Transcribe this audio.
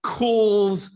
calls